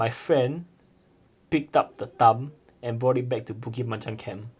my friend picked up the thumb and brought it back to bukit panjang camp